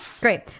great